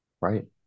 Right